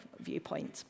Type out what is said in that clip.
viewpoint